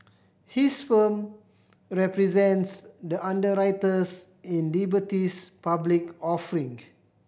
his firm represents the underwriters in Liberty's public offering